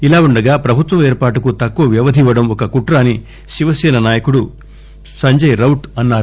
ఇలాఉండగా ప్రభుత్వ ఏర్పాటుకు తక్కువ వ్యవది ఇవ్వడం ఒక కుట్ర అని శివసేన నాయకుడు సంజయ్ రౌత్ అన్నారు